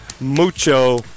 mucho